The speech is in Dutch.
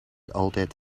altijd